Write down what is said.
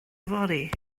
yfory